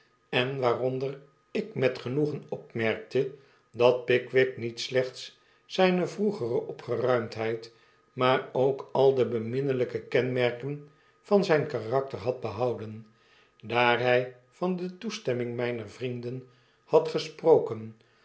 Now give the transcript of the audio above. en waaronder ik met genoegen opmerkte dat pickwick niet slechts zijne vroegere opgeruimdheid maar ook al de beminnelyke kenmerken van zyn karakter had behouden daar hy van de toestemming myner vrienden had gesproken